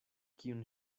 kiun